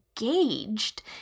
engaged